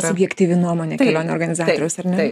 subjektyvi nuomonė kelionių organizatoriaus ar ne